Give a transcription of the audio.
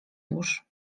już